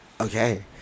okay